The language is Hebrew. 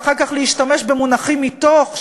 ואחר כך להשתמש במונחים מתוך,